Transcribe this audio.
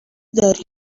داری